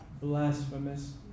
blasphemous